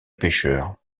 pêcheurs